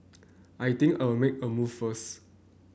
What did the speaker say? I think I'll make a move first